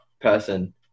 person